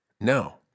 No